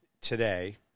today